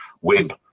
Web